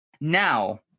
Now